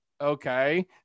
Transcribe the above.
okay